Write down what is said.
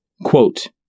Quote